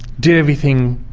did everything